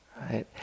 right